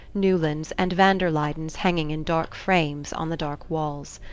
newlands and van der luydens hanging in dark frames on the dark walls.